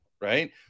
right